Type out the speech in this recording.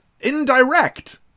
INDIRECT